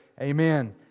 Amen